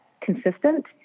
consistent